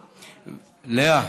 לאה.